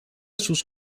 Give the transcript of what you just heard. sus